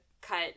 cut